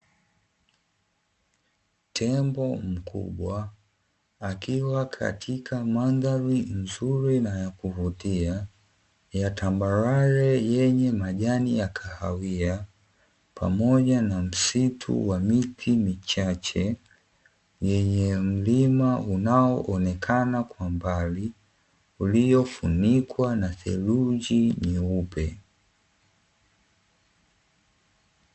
Ndani ya bwawa kuna samaki wa mapambo tofauti, tofauti wa kupendeza wakiwa wanaogelea kwa amani huku maji yakiwa safi na yenye unyevu unao faa kwa ukuaji wao na kila samaki akionekana kuwa na afya njema na kuimalika kwa haraka.